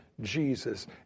Jesus